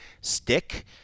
stick